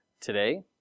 today